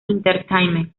entertainment